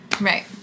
Right